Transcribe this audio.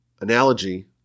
analogy